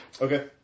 Okay